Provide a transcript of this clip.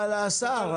השר,